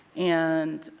and,